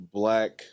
black